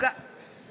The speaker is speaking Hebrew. (קוראת בשמות חברי הכנסת)